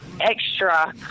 extra